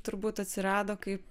turbūt atsirado kaip